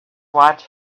watch